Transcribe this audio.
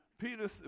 Peter